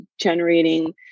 generating